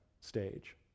stage